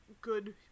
good